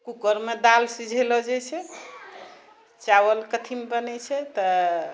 कुकरमे दालि सिझायलो जाइ छै चावल कथीमे बनै छै तऽ